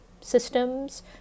systems